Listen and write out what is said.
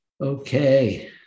Okay